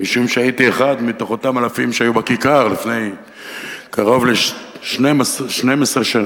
משום שהייתי אחד מאותם אלפים שהיו בכיכר לפני קרוב ל-11 שנים,